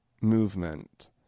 movement